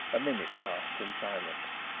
a minute passed in silence.